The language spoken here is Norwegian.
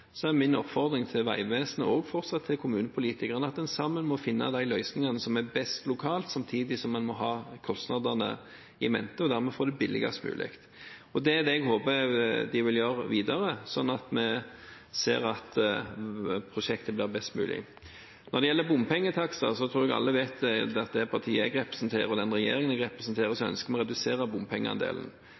Min oppfordring til Vegvesenet og til kommunepolitikerne er fortsatt at en sammen må finne de løsningene som er best lokalt, samtidig som en må ha kostnadene i mente, og dermed får det billigst mulig. Det håper jeg de vil gjøre videre, sånn at vi ser at prosjektet blir best mulig. Når det gjelder bompengetakster, tror jeg alle vet at det partiet og den regjeringen jeg representerer, ønsker å redusere bompengeandelen.